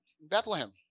Bethlehem